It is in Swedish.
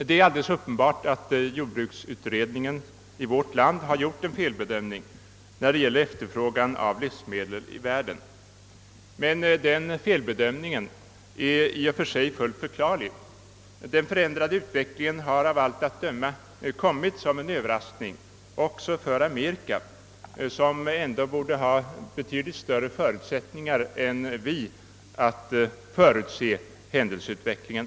Det är alldeles uppenbart att jordbruksutredningen i vårt land har gjort en felbedömning beträffande efterfrågan på livsmedel i världen. Denna felbedömning är i och för sig fullt förklarlig. Den förändrade utvecklingen har av allt att döma kommit som en överraskning även för Amerika, där man borde ha betydligt större möjligheter än vi att förutse händelseutvecklingen.